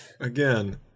Again